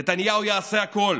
נתניהו יעשה הכול